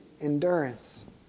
endurance